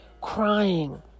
crying